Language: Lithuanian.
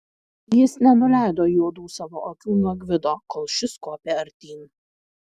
jis nenuleido juodų savo akių nuo gvido kol šis kopė artyn